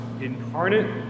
incarnate